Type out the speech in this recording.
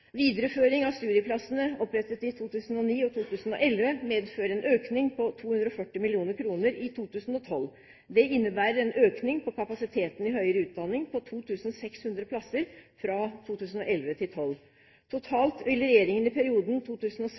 Videreføring av studieplassene opprettet i 2009 og 2011 medfører en økning på 240 mill. kr i 2012. Det innebærer en økning av kapasiteten i høyere utdanning på 2 600 plasser fra 2011 til 2012. Totalt vil regjeringen i perioden